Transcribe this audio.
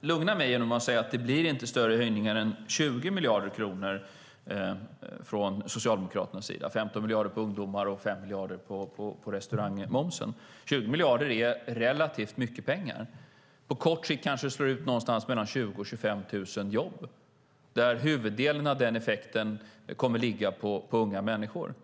lugna mig genom att säga att det inte blir större höjningar än 20 miljarder kronor från Socialdemokraternas sida - 15 miljarder på ungdomar och 5 miljarder på restaurangmomsen. 20 miljarder är relativt mycket pengar. På kort sikt kanske det slår ut någonstans mellan 20 000 och 25 000 jobb där huvuddelen av den effekten kommer att ligga på unga människor.